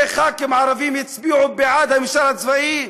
חברי כנסת ערבים הצביעו בעד הממשל הצבאי?